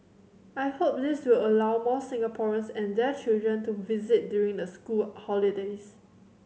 I hope this will allow more Singaporeans and their children to visit during the school holidays